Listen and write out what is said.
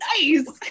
nice